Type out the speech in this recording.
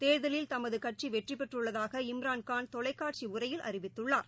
தேர்தலில் தமதுகட்சிவெற்றிபெற்றுள்ளதாக இம்ரான்கான் தொலைக்காட்சிஉரையில் அறிவித்துள்ளார்